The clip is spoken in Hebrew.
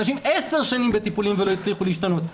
אנשים נמצאים עשר שנים בטיפולים ולא הצליחו להשתנות.